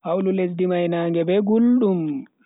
Hawlu lesdi mai naage be guldum.